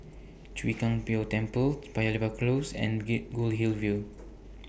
Chwee Kang Beo Temple Paya Lebar Close and get Goldhill View